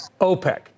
OPEC